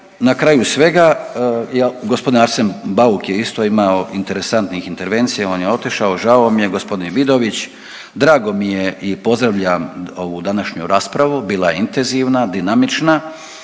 Na kraju svega g. Arsen Bauk je isto imao interesantnih intervencija on je otišao žao mi je. G. Vidović drago mi je i pozdravljam ovu današnju raspravu, bila je intenzivna, dinamična